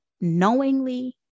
knowingly